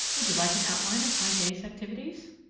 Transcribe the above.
would you like an outline of my day's activities?